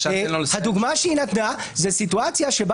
הדוגמה שהיא נתנה היא סיטואציה שבה